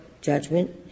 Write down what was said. judgment